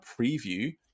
preview